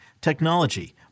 technology